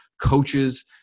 coaches